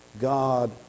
God